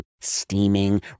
steaming